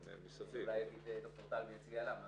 אולי יגיד ד"ר טל --- אני